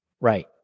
Right